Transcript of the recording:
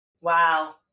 Wow